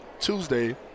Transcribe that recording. Tuesday